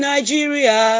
Nigeria